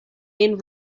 then